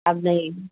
अब देब